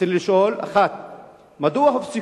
רצוני לשאול: 1. מדוע הופסקו